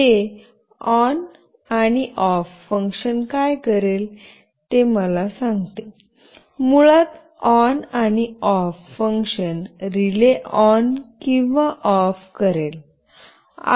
हे ऑन आणि off function काय करेल ते मला सांगते मुळात ऑन आणि ऑफ फंक्शन रिले ऑन किंवा ऑफ करेल